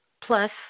plus